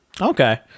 okay